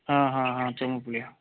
हाँ हाँ हाँ